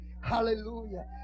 Hallelujah